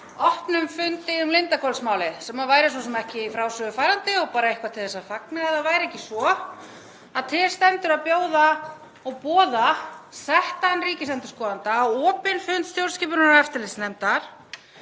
opnum fundi um Lindarhvolsmálið, sem væri svo sem ekki í frásögur færandi og eitthvað til að fagna ef það væri ekki svo að til stendur að bjóða og boða settan ríkisendurskoðanda á opinn fund stjórnskipunar- og eftirlitsnefndar